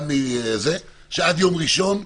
עד יום ראשון.